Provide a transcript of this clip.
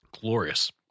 glorious